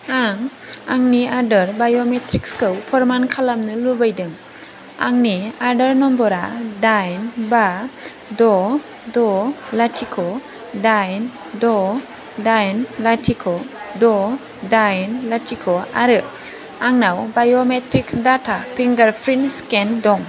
आं आंनि आदार बाय'मेट्रिक्सखौ फोरमान खालामनो लुबैदों आंनि आदार नम्बरा दाइन बा द' द' लाथिख' दाइन द' दाइन लाथिख' द' दाइन लाथिख' आरो आंनाव biometrics data finger print scan दं